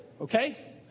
Okay